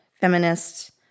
feminists